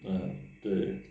嗯对